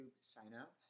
sign-up